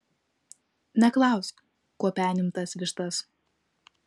neklausk kuo penim tas vištas